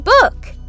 book